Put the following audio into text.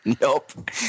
Nope